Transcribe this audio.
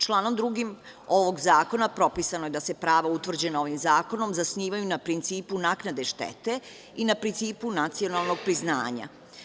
Članom 2. ovog zakona propisano je da se prava utvrđena ovim zakonom zasnivaju na principu naknade štete i na principu nacionalnog priznanja.